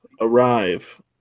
arrive